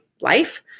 life